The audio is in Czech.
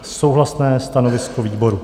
Souhlasné stanovisko výboru.